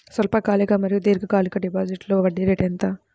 స్వల్పకాలిక మరియు దీర్ఘకాలిక డిపోజిట్స్లో వడ్డీ రేటు ఎంత?